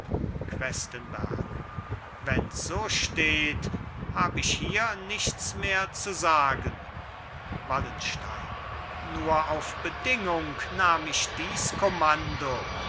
questenberg wenns so steht hab ich hier nichts mehr zu sagen wallenstein nur auf bedingung nahm ich dies kommando